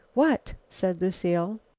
what? said lucile.